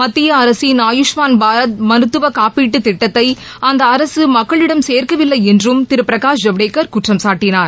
மத்திய அரசின் ஆயூஷ்மான் பாரத் மருத்துவ காப்பீட்டுத் திட்டத்தை அந்த அரசு மக்களிடம் சேர்க்கவில்லை என்றும் திரு பிரகாஷ் ஜவடேக்கர் குற்றம் சாட்டினார்